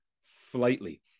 slightly